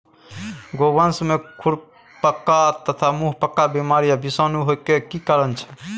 गोवंश में खुरपका तथा मुंहपका बीमारी आ विषाणु होय के की कारण छै?